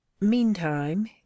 Meantime